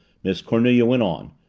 miss cornelia went on.